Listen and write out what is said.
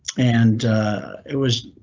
and it was.